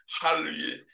Hallelujah